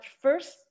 first